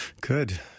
Good